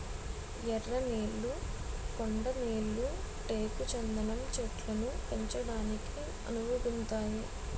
ఎర్ర నేళ్లు కొండ నేళ్లు టేకు చందనం చెట్లను పెంచడానికి అనువుగుంతాయి